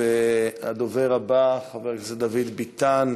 הדובר הבא, חבר הכנסת דוד ביטן,